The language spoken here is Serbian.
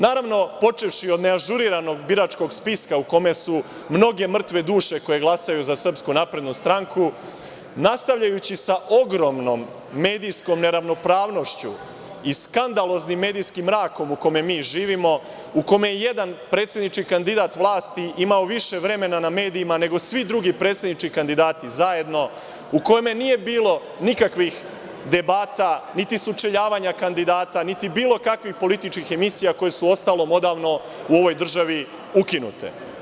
Naravno, počevši od neažuriranog biračkog spiska u kome su mnoge mrtve duše koje glasaju za SNS, nastavljajući sa ogromnom medijskom neravnopravnošću i skandaloznim medijskim mrakom u kome mi živimo, u kome je jedan predsednički kandidat vlasti imao više vremena na medijima nego svi drugi predsednički kandidati zajedno, u kome nije bilo nikakvih debata niti sučeljavanja kandidata niti bilo kakvih političkih emisija koje su, uostalom, odavno u ovoj državi ukinute.